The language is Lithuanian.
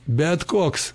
bet koks